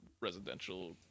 Residential